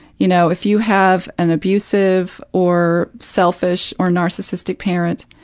you know? if you have an abusive or selfish or narcissistic parent,